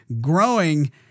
growing